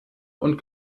und